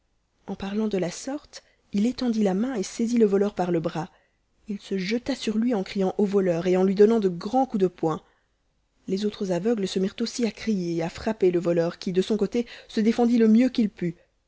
en parlant de la sorte il étendit la main et saisit le voleur par le bras il se jeta sur lui en criant au voleur et en lui donnant de grands coups de poing les autres aveugles se mirent aussi à crier et à frapper te voleur qui de son côté se défendit le mieux qu'il put